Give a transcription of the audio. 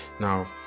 Now